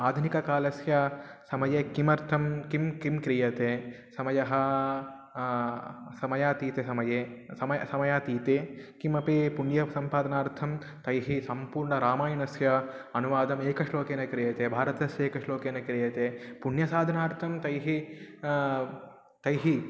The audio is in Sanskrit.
आधुनिककालस्य समये किमर्थं किं किं क्रियते समयः समयातीतसमये सम समयातीते किमपि पुण्यसम्पादनार्थं तैः सम्पूर्णरामायणस्य अनुवादम् एकश्लोकेन क्रियते भारतस्य एकश्लोकेन क्रियते पुण्यसाधनार्थं तैः तैः